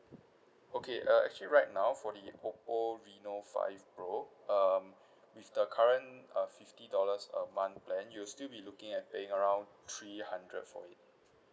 okay uh actually right now for the oppo reno five pro um with the current uh fifty dollars a month plan you'll still be looking at paying around three hundred for it